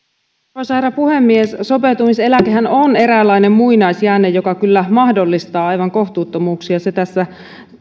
arvoisa herra puhemies sopeutumiseläkehän on eräänlainen muinaisjäänne joka kyllä mahdollistaa aivan kohtuuttomuuksia se tässä